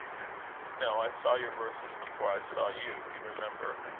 no i saw your verses before i saw you. you remember?